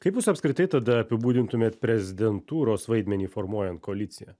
kaip jūs apskritai tada apibūdintumėt prezidentūros vaidmenį formuojant koaliciją